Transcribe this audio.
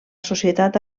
societat